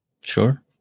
Sure